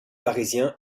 parisien